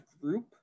group